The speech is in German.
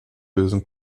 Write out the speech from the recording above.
lösen